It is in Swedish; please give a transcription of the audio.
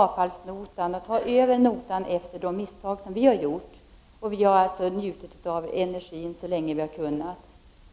avfallsnotan, att ta över notan för de misstag som vi har gjort när vi har njutit av energin så länge vi har kunnat.